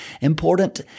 Important